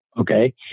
Okay